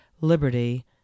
liberty